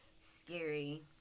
scary